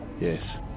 Yes